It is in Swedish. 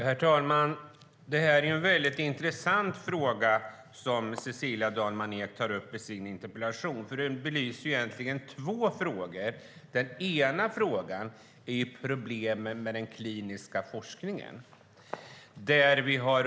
Herr talman! Det är en intressant fråga som Cecilia Dalman Eek tar upp i sin interpellation. Den belyser egentligen två problemområden. Det ena är problemen med den kliniska forskningen.